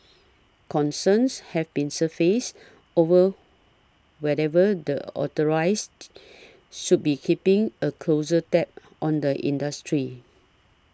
concerns have been surfaced over whatever the authorised should be keeping a closer tab on the industry